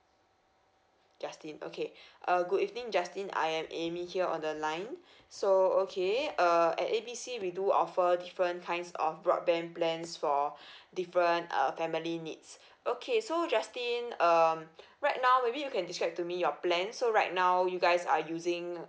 justin okay uh good evening justin I am amy here on the line so okay uh at A B C we do offer different kinds of broadband plans for different uh family needs okay so justin um right now maybe you can describe to me your plan so right now you guys are using